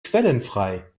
quellenfrei